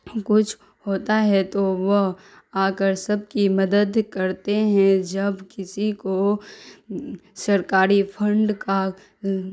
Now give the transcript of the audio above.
کچھ ہوتا ہے تو وہ آ کر سب کی مدد کرتے ہیں جب کسی کو سرکاری پھنڈ کا